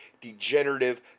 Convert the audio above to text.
degenerative